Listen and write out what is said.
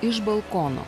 iš balkono